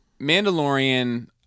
Mandalorian